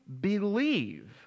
believe